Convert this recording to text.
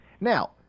Now